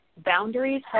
Boundaries